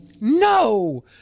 No